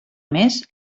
més